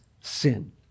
sin